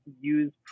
use